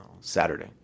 Saturday